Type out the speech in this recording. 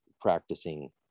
practicing